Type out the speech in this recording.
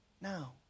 now